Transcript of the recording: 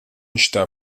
está